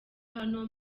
hano